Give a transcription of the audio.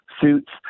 suits